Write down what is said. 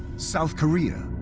south korea.